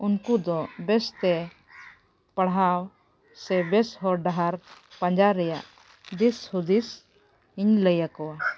ᱩᱱᱠᱩ ᱫᱚ ᱵᱮᱥᱛᱮ ᱯᱟᱲᱦᱟᱣ ᱥᱮ ᱵᱮᱥ ᱦᱚᱨᱼᱰᱟᱦᱟᱨ ᱯᱟᱸᱡᱟ ᱨᱮᱭᱟᱜ ᱫᱤᱥᱼᱦᱩᱫᱤᱥ ᱤᱧ ᱞᱟᱹᱭᱟᱠᱚᱣᱟ